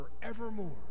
forevermore